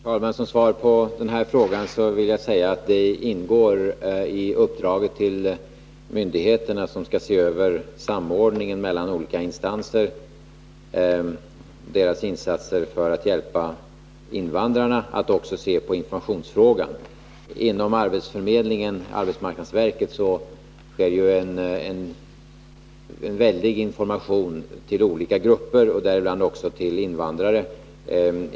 Herr talman! Som svar på den här frågan vill jag säga att det i uppdraget till de myndigheter som skall se över samordningen av insatserna från olika instanser för att hjälpa invandrarna också skall ingå att studera informa tionsfrågor. Genom arbetsmarknadsverkets förmedlingsverksamhet lämnas Nr 68 ju en stor mängd information till olika grupper och då också till invandrarna.